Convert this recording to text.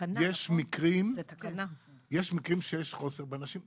יש מקרים שיש חוסר באנשים,